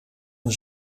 een